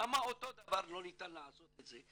למה אותו דבר לא ניתן לעשות את זה?